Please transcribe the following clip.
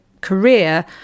career